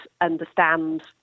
understand